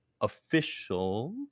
official